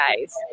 guys